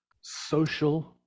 social